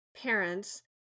parents